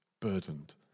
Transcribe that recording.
burdened